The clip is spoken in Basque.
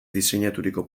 diseinaturiko